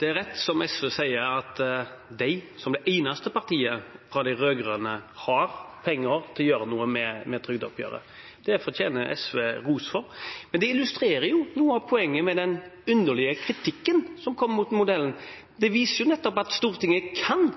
rett som SV sier, at de som det eneste partiet fra de rød-grønne har penger til å gjøre noe med trygdeoppgjøret. Det fortjener SV ros for. Men det illustrerer jo noe av poenget med den underlige kritikken som kommer mot modellen. Det viser nettopp at Stortinget kan.